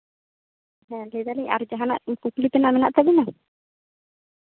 ᱟᱨ ᱞᱟᱹᱭ ᱫᱟᱞᱤᱧ ᱡᱟᱦᱟᱱᱟᱜ ᱠᱩᱠᱞᱤ ᱛᱮᱱᱟᱜ ᱢᱮᱱᱟᱜ ᱛᱟᱵᱮᱱᱟ